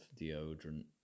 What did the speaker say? deodorant